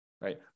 right